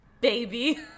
Baby